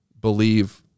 believe